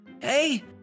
hey